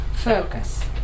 focus